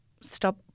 stop